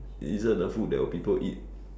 it isn't a food that will people eat